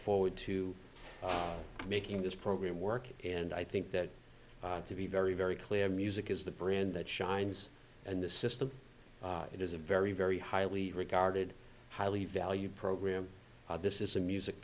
forward to making this program work and i think that to be very very clear music is the brand that shines and the system it is a very very highly regarded highly valued program this is a music